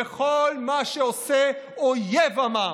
וכל מה שעושה אויב עמם,